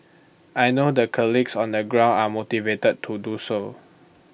I know the colleagues on the ground are motivated to do so